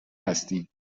هستین